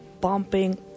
bumping